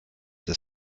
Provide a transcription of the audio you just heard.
des